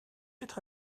être